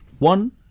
One